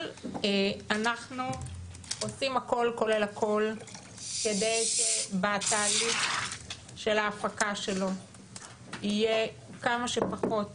אבל אנחנו עושים הכל כולל הכל כדי שבתהליך של ההפקה שלו יהיה כמה שפחות